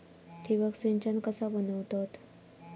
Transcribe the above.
ठिबक सिंचन कसा बनवतत?